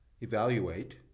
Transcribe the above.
evaluate